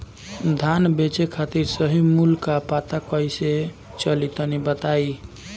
धान बेचे खातिर सही मूल्य का पता कैसे चली तनी बताई?